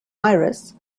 iris